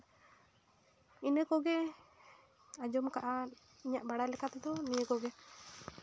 ᱤᱱᱟᱹ ᱠᱚᱜᱮ ᱟᱸᱡᱚᱢ ᱠᱟᱜᱼᱟ ᱤᱧᱟᱹᱜ ᱵᱟᱲᱟᱭ ᱞᱮᱠᱟᱛᱮᱫᱚ ᱱᱤᱭᱟᱹ ᱠᱚᱜᱮ